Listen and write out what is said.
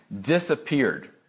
disappeared